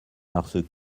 parce